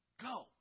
go